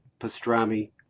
Pastrami